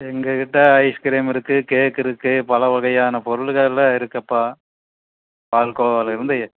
எங்கள்க் கிட்டே ice cream இருக்குது cake இருக்குது பலவகையான பொருட்களும் இருக்குதுப்பா பால்கோவாலேருந்து